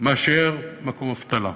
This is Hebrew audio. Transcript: מאשר מקום אבטלה,